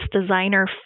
designer